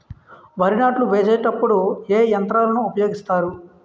వరి నాట్లు వేసేటప్పుడు ఏ యంత్రాలను ఉపయోగిస్తారు?